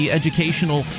educational